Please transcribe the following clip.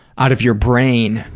out of your brain,